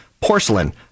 porcelain